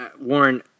Warren